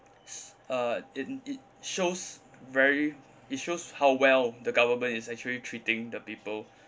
s~ uh and it shows very it shows how well the government is actually treating the people